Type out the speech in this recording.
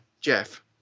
Jeff